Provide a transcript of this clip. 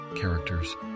characters